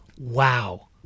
wow